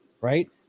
right